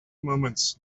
moments